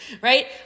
right